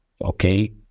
okay